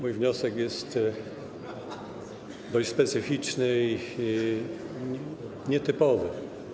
Mój wniosek jest dość specyficzny i nietypowy.